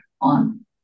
on